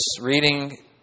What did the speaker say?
reading